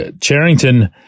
Charrington